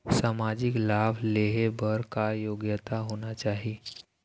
सामाजिक लाभ लेहे बर का योग्यता होना चाही?